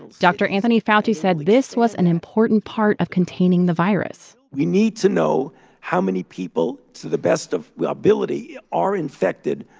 dr. anthony fauci said this was an important part of containing the virus we need to know how many people, to the best of our ability, are infected,